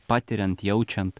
patiriant jaučiant